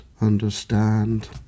understand